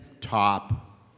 top